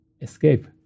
escape